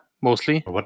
mostly